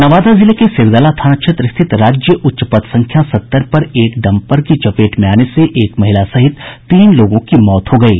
नवादा जिले के सिरदला थाना क्षेत्र स्थित राज्य उच्च पथ संख्या सत्तर पर एक डम्पर की चपेट में आने से एक महिला सहित तीन लोगों की मौत हो गयी